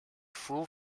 full